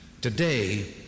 Today